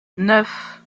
neuf